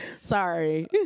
Sorry